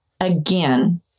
again